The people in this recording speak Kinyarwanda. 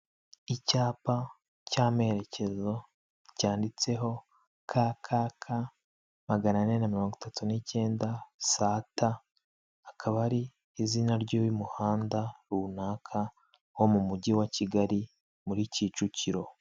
Icyapa cy'amerekezo cyanditseho kkk magana ane na mirongo itatu n'icyenda st akaba ari izina ry'uyu muhanda runaka wo mu mujyi wa kigali muri kicukiro .